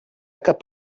cap